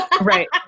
Right